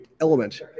element